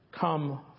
Come